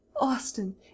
Austin